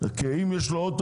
כי אם יש לו רכב,